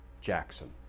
Jackson